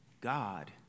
God